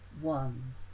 one